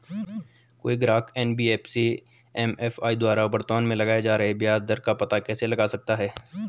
कोई ग्राहक NBFC MFI द्वारा वर्तमान में लगाए जा रहे ब्याज दर का पता कैसे लगा सकता है?